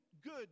good